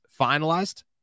finalized